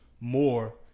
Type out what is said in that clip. more